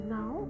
now